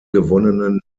gewonnenen